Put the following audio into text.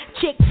chicks